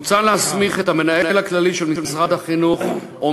מוצע להסמיך את המנהל הכללי של משרד החינוך או